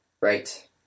Right